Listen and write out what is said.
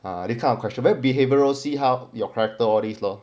ah they kind of question where behavioural see how your character or this lor